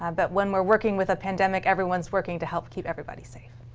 um but when we're working with a pandemic, everyone's working to help keep everybody safe.